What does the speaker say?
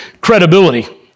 credibility